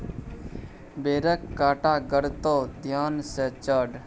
बेरक कांटा गड़तो ध्यान सँ चढ़